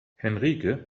henrike